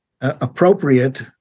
appropriate